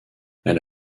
elle